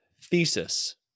thesis